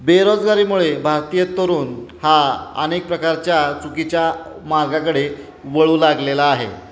बेरोजगारीमुळे भारतीय तरुण हा अनेक प्रकारच्या चुकीच्या मार्गाकडे वळू लागलेला आहे